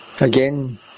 again